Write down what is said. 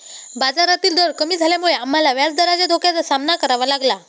बाजारातील दर कमी झाल्यामुळे आम्हाला व्याजदराच्या धोक्याचा सामना करावा लागला